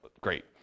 great